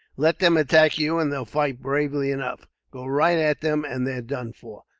let them attack you, and they'll fight bravely enough. go right at them, and they're done for.